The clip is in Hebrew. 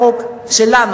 החוק שלנו,